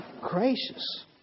gracious